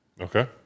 Okay